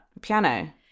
piano